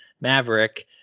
Maverick